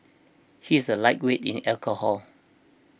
he is a lightweight in alcohol